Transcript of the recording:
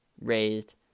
raised